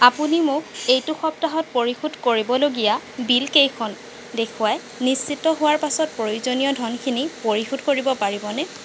আপুনি মোক এইটো সপ্তাহত পৰিশোধ কৰিবলগীয়া বিলকেইখন দেখুৱাই নিশ্চিত হোৱাৰ পাছত প্ৰয়োজনীয় ধনখিনি পৰিশোধ কৰিব পাৰিবনে